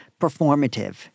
performative